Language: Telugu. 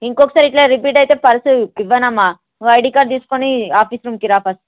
ఇంకొకసారి ఇట్లా రిపీట్ అయితే పర్స్ ఇవ్వనమ్మ నువ్వు ఐడి కార్డు తీసుకుని ఆఫీస్ రూమ్కి రా ఫస్ట్